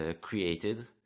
created